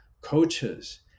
coaches